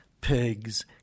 pigs